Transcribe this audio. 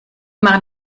machen